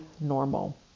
normal